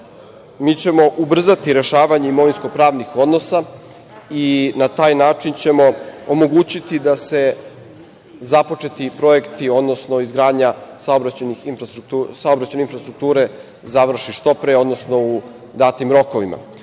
mi ćemo ubrzati rešavanje imovinsko-pravnih odnosa i na taj način ćemo omogućiti da se započeti projekti, odnosno izgradnja saobraćajne infrastrukture, završi što pre, odnosno u datim rokovima. Zbog